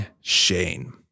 Shane